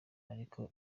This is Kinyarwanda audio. ariko